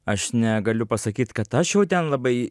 aš negaliu pasakyt kad aš jau ten labai